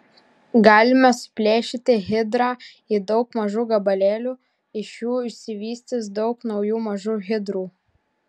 galime suplėšyti hidrą į daug mažų gabalėlių iš jų išsivystys daug naujų mažų hidrų